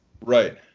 Right